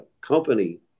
company